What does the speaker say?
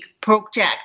project